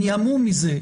אני המום מזה,